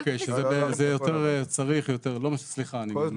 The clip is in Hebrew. אוקיי, זה יותר צריך, יותר, סליחה, אני מתנצל.